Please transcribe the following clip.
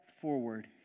forward